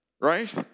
Right